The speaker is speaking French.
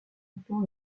incluant